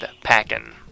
packing